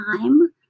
time